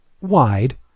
wide